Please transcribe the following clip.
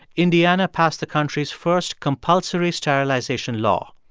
indiana passed the country's first compulsory sterilization law.